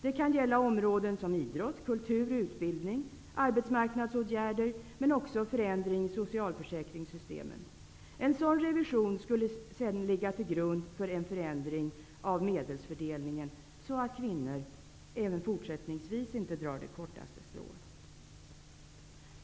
Det kan gälla områden som idrott, kultur, utbildning och arbetsmarknadsåtgärder, men också i förändringen av socialförsäkringssystemen. En sådan revision skulle sedan ligga till grund för en förändring av medelsfördelningen, så att kvinnor fortsättningsvis inte drar det kortaste strået.